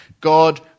God